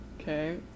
Okay